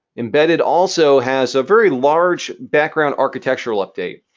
embedded also has a very large background architectural update.